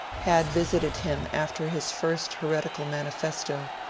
had visited him after his first heretical madifesto,